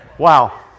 Wow